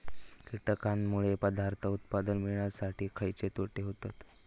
कीटकांनमुळे पदार्थ उत्पादन मिळासाठी खयचे तोटे होतत?